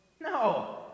no